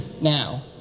now